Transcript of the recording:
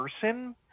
person